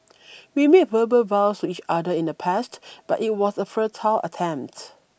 we made verbal vows to each other in the past but it was a futile attempt